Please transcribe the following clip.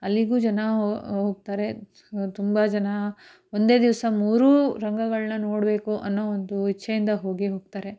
ಅಲ್ಲಿಗೂ ಜನ ಹೋಗ್ತಾರೆ ತುಂಬ ಜನ ಒಂದೇ ದಿವಸ ಮೂರೂ ರಂಗಗಳನ್ನ ನೋಡಬೇಕು ಅನ್ನೋ ಒಂದು ಇಚ್ಛೆಯಿಂದ ಹೋಗಿಯೇ ಹೋಗ್ತಾರೆ